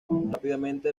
rápidamente